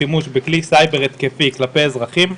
שימוש בכלי סייבר התקפי כלפי אזרחים,